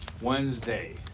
Wednesday